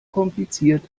kompliziert